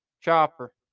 chopper